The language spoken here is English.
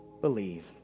believe